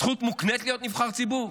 זכות מוקנית להיות נבחר ציבור?